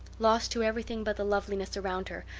lost to everything but the loveliness around her,